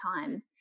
time